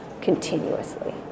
continuously